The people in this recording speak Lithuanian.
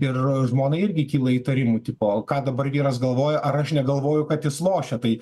ir žmonai irgi kyla įtarimų tipo ką dabar vyras galvoja ar aš negalvoju kad jis lošia tai